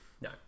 No